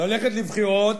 ללכת לבחירות,